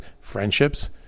friendships